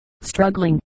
struggling